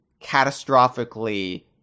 catastrophically